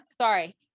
sorry